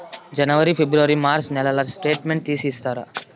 జనవరి, ఫిబ్రవరి, మార్చ్ నెలల స్టేట్మెంట్ తీసి ఇస్తారా?